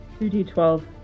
2d12